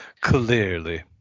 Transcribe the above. Clearly